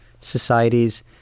societies